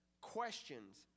questions